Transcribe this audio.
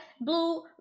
blue